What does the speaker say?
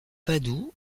padoue